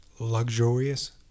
Luxurious